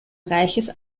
reiches